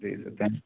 ji sir thanks